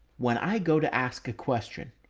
when i go to ask a question,